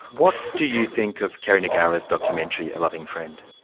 what do you think of kerry negara's documentary, a loving friend?